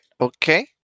okay